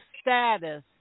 status